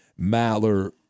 Maller